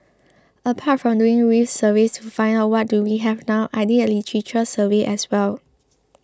apart from doing reef surveys to find out what do we have now I did a literature survey as well